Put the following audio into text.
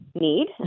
need